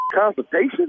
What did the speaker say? consultation